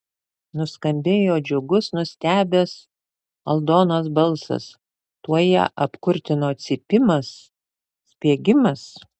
nuskambėjo džiugus nustebęs aldonos balsas tuoj ją apkurtino cypimas spiegimas